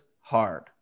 hard